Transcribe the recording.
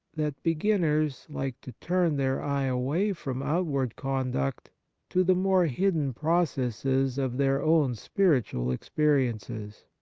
that be ginners like to turn their eye away from outward conduct to the more hidden processes of their own spiritual experiences.